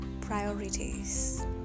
priorities